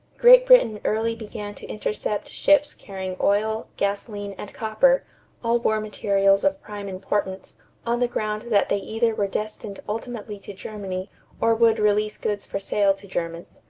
great britain early began to intercept ships carrying oil, gasoline, and copper all war materials of prime importance on the ground that they either were destined ultimately to germany or would release goods for sale to germans.